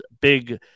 big